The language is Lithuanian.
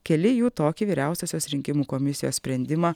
keli jų tokį vyriausiosios rinkimų komisijos sprendimą